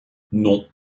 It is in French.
non